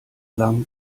lange